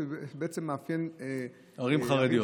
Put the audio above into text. שבעצם מאפיין -- ערים חרדיות.